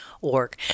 .org